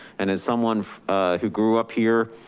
and as someone who grew up here,